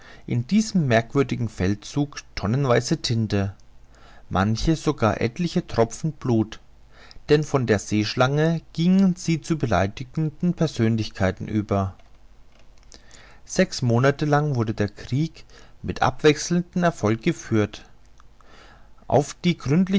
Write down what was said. in diesem merkwürdigen feldzug tonnenweis tinte manche sogar etliche tropfen blut denn von der seeschlange gingen sie zu beleidigenden persönlichkeiten über sechs monate lang wurde der krieg mit abwechselndem erfolg geführt auf die